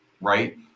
right